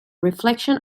reflection